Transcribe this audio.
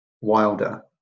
Wilder